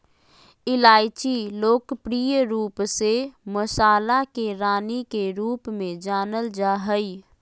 इलायची लोकप्रिय रूप से मसाला के रानी के रूप में जानल जा हइ